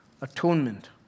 atonement